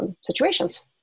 situations